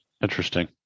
Interesting